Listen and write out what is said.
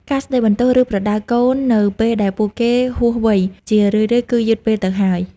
ការស្ដីបន្ទោស ឬប្រដៅកូននៅពេលដែលពួកគេហួសវ័យ ជារឿយៗគឺយឺតពេលទៅហើយ។